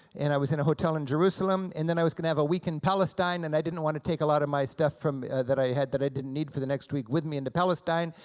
and i was in a hotel in jerusalem, and then i was gonna have a week in palestine, and i didn't want to take a lot of my stuff from that i had that i didn't need for the next week with me into palestine,